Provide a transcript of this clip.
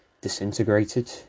disintegrated